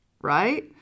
right